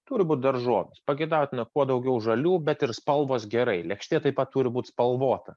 turi būti daržovės pageidautina kuo daugiau žalių bet ir spalvos gerai lėkštė taip pat turi būt spalvota